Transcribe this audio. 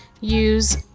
use